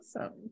Awesome